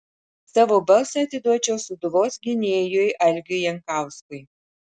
savo balsą atiduočiau sūduvos gynėjui algiui jankauskui